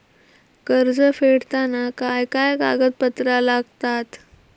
कर्ज फेडताना काय काय कागदपत्रा लागतात?